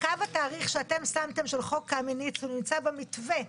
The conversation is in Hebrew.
קו התאריך שאתם שמתם של חוק קמיניץ הוא נמצא במתווה,